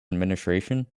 administration